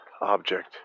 object